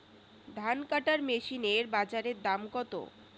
ধান কাটার মেশিন এর বাজারে দাম কতো?